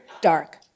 dark